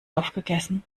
aufgegessen